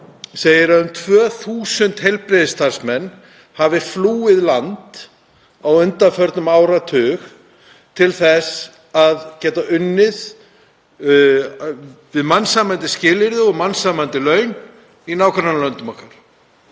segja að um 2.000 heilbrigðisstarfsmenn hafi flúið land á undanförnum áratug til þess að geta unnið við mannsæmandi skilyrði og fengið mannsæmandi laun í nágrannalöndum okkar.